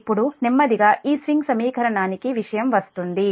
ఇప్పుడు నెమ్మదిగా ఈ స్వింగ్ సమీకరణానికి విషయం వస్తుంది